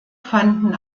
fanden